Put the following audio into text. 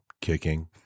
Kicking